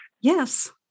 Yes